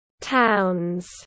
towns